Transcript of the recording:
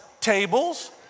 tables